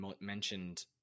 mentioned